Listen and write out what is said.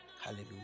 Hallelujah